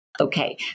Okay